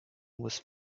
was